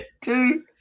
two